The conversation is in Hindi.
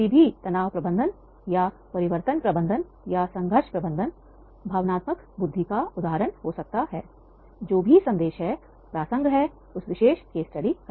किसी भी तनाव प्रबंधन या परिवर्तन प्रबंधन या संघर्ष प्रबंधन भावनात्मक बुद्धि का उदाहरण हो सकता हैजो भी संदेश है प्रसंग है उस विशेष केस स्टडी का